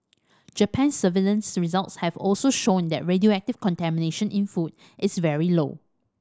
Japan's surveillance results have also shown that radioactive contamination in food is very low